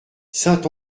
saint